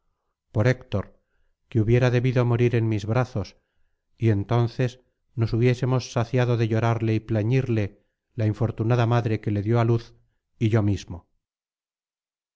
por héctor que hubiera debido morir en mis brazos y entonces nos hubiésemos saciado de llorarle y plañirle la infortunada madre que le dio á luz y yo mismo